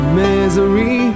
misery